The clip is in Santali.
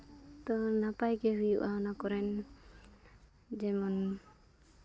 ᱛᱳ ᱱᱟᱯᱟᱭ ᱜᱮ ᱦᱩᱭᱩᱜᱼᱟ ᱚᱱᱟ ᱠᱚᱨᱮ ᱡᱮᱢᱚᱱ